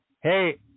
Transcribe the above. Hey